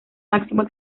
máximo